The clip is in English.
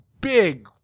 big